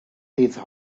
these